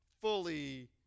fully